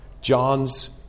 John's